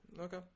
Okay